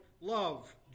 love